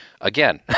Again